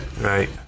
Right